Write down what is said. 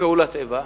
כפעולת איבה,